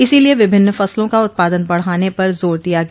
इसीलिए विभिन्न फसलों का उत्पादन बढ़ाने पर जोर दिया गया